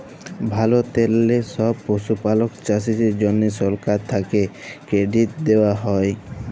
ভারতেললে ছব পশুপালক চাষীদের জ্যনহে সরকার থ্যাকে কেরডিট দেওয়া হ্যয়